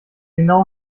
genau